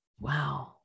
Wow